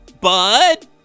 Bud